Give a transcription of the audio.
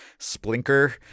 Splinker